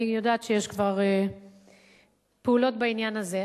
אני יודעת שיש כבר פעולות בעניין הזה.